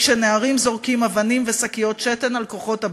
וכשנערים זורקים אבנים ושקיות שתן על כוחות הביטחון,